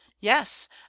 yes